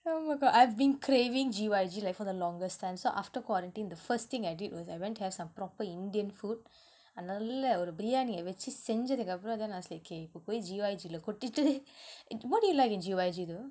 oh my god I've been craving G_Y_G like for the longest time so after quarantine the first thing I did was I went to have some proper indian food நல்ல ஒரு:nalla oru briyani வெச்சு செஞ்சதுக்கு அப்றம்:vechu senjathukku apparam then I was like K இப்ப போய்:ippa poi G_Y_G lah கொட்டிட்டு:kottittu what do you like in G_Y_G though